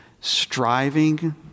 striving